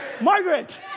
Margaret